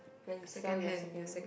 when sell your second hand